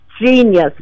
genius